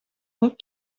what